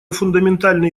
фундаментальные